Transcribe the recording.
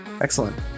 Excellent